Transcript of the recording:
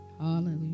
Hallelujah